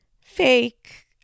Fake